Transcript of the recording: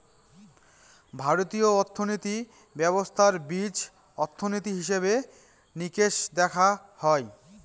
ভারতীয় অর্থনীতি ব্যবস্থার বীজ অর্থনীতি, হিসেব নিকেশ দেখা হয়